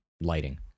lighting